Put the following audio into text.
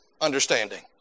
Understanding